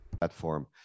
platform